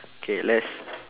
K let's